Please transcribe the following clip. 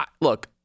look